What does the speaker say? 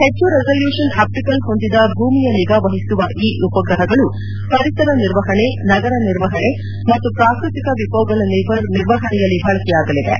ಹೆಚ್ಚು resolution optical ಹೊಂದಿದ ಭೂಮಿಯ ನಿಗಾ ವಹಿಸುವ ಈ ಉಪ್ರಹಗಳು ಪರಿಸರ ನಿರ್ವಹಣೆ ನಗರ ನಿರ್ವಹಣೆ ಮತ್ತು ಪ್ರಾಕೃತಿಕ ವಿಕೋಪಗಳ ನಿರ್ವಹಣೆಯಲ್ಲಿ ಬಳಕೆಯಾಗಲಿವೆ